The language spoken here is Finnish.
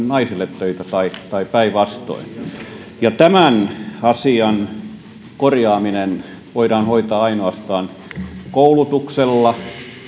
naisille töitä tai tai päinvastoin tämän asian korjaaminen voidaan hoitaa ainoastaan koulutuksella